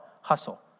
Hustle